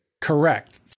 Correct